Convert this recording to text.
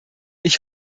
ich